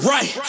Right